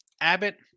Abbott